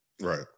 Right